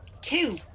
two